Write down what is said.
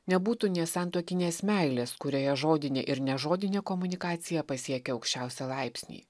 nebūtų nė santuokinės meilės kurioje žodinė ir nežodinė komunikacija pasiekia aukščiausią laipsnį